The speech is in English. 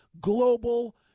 global